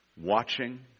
watching